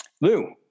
Lou